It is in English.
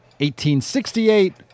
1868